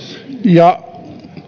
ja